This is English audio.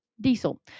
diesel